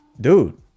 Dude